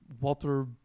water